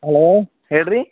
hello ಹೇಳ್ರಿ